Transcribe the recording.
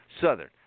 Southern